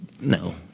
No